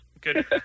Good